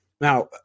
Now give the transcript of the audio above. Now